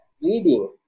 reading